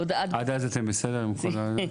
עד אז אתם בסדר עם הכל?